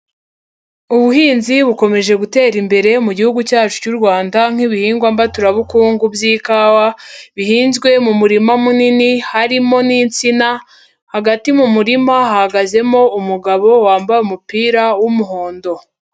Ubuhinzi bukomeje gutera imbere mu gihugu cyacu cy'u Rwanda nk'ibihingwa mbaturabukungu by'ikawa bihinzwe mu murima munini harimo n'insina, hagati mu murima hahagazemo umugabo wambaye umupira w'umuhondo.